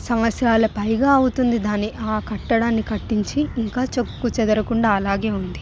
సంవత్సరాల పైగా అవుతుంది దాని ఆ కట్టడాన్ని కట్టించి ఇంకా చెక్కు చెదరకుండా అలాగే ఉంది